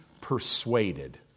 persuaded